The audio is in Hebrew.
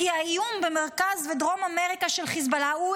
כי האיום של חיזבאללה במרכז וברום אמריקה